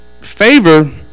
Favor